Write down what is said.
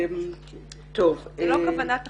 זאת לא כוונת החוק.